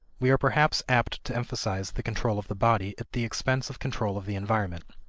we are perhaps apt to emphasize the control of the body at the expense of control of the environment.